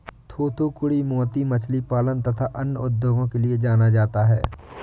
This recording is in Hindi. थूथूकुड़ी मोती मछली पालन तथा अन्य उद्योगों के लिए जाना जाता है